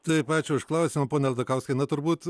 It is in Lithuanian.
taip ačiū už klausimą pone aldakauskai na turbūt